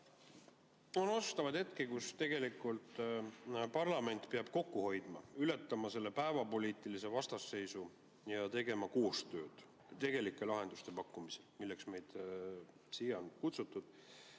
On otsustavaid hetki, kui tegelikult parlament peab kokku hoidma, ületama päevapoliitilise vastasseisu ja tegema koostööd tegelike lahenduste pakkumisel, milleks meid siia on kutsutud.